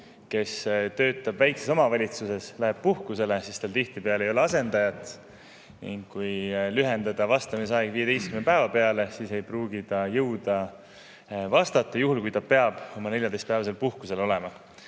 kes töötab väikeses omavalitsuses, läheb puhkusele, siis tal tihtipeale ei ole asendajat, ning kui lühendada vastamisaeg 15 päeva peale, siis ei pruugi ta jõuda vastata, juhul kui ta peab oma 14-päevasel puhkusel olema.